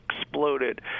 exploded